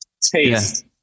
taste